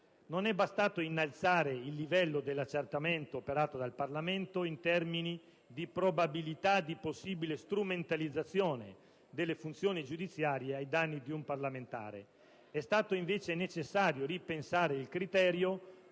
non è bastato innalzare il livello dell'accertamento operato dal Parlamento in termini di probabilità e di possibile strumentalizzazione delle funzioni giudiziarie ai danni di un parlamentare. È stato invece necessario ripensare il criterio